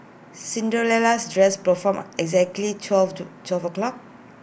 Cinderella's dress pro forma exactly twelve two twelve o'clock